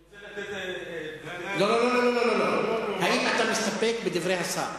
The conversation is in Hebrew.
אני רוצה לתת, לא, לא, האם אתה מסתפק בדברי השר?